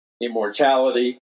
immortality